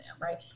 right